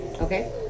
Okay